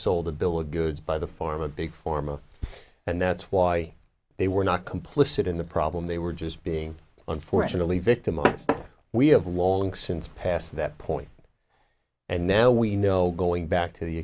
sold a bill of goods by the pharma big pharma and that's why they were not complicit in the problem they were just being unfortunately victimized we have long since passed that point and now we know going back to the